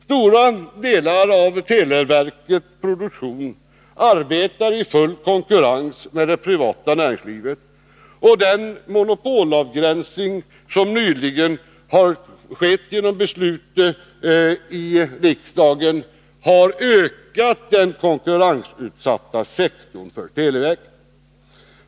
Stora delar av televerkets produktion arbetar i full konkurrens med det privata näringslivet, och den monopolavgränsning som nyligen har beslutats i riksdagen har ökat den konkurrensutsatta sektorn för televerket.